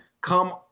Come